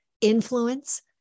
influence